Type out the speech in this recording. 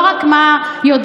לא רק מה יודעים,